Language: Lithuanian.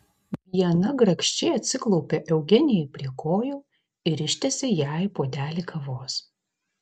viena grakščiai atsiklaupė eugenijai prie kojų ir ištiesė jai puodelį kavos